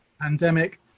pandemic